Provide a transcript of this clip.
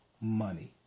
Money